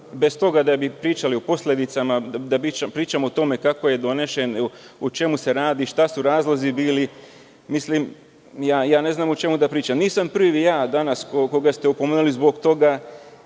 bez toga da pričamo o posledicama, bez toga da pričamo o tome kako je donesen, o čemu se radi, koji su razlozi bili. Ne znam o čemu da pričam. Nisam prvi ja danas koga ste opomenuli zbog toga.